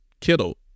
Kittle